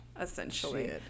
Essentially